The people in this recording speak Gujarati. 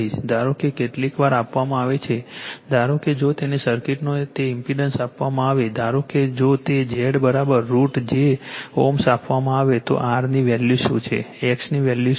ધારો કે કેટલીકવાર આપવામાં આવે છે ધારો કે જો તેને સર્કિટનો તે ઇમ્પેડન્સ આપવામાં આવે ધારો કે જો તે Z √ j Ω આપવામાં આવે તો r ની વેલ્યુ શું છે x ની વેલ્યુ શું છે